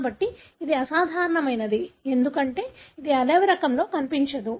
కాబట్టి ఇది అసాధారణమైనది ఎందుకంటే ఇది అడవి రకంలో కనిపించదు